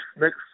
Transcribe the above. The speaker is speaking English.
next